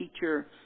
teacher